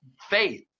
faith